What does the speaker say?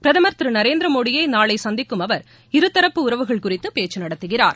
பிரதமர் திரு நரேந்திரமோடியை நாளை சந்திக்கும் அவர் இரு தரப்பு உறவுகள் குறித்து பேச்சு நடத்துகிறார்